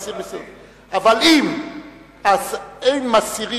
אבל אם מסירים